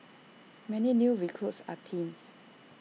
many new recruits are teens